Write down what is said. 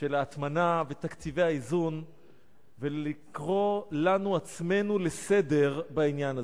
של ההטמנה ותקציבי האיזון ולקרוא לנו-עצמנו לסדר בעניין הזה.